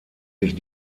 sich